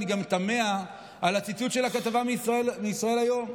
אני גם תמה על הציטוט של הכתבה מישראל היום.